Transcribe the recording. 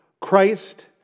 Christ